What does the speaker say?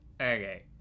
Okay